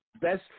best